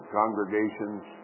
congregations